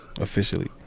officially